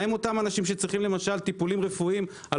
מה עם אותם אנשים שצריכים למשל טיפולים רפואיים על